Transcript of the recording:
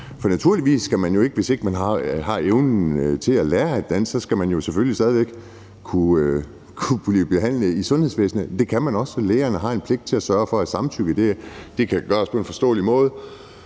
for naturligvis skal man stadig væk, hvis ikke man har evnen til at lære dansk, kunne blive behandlet i sundhedsvæsenet. Og det kan man også, for lægerne har en pligt til at sørge for, at samtykke kan gives på en forståelig måde,